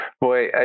Boy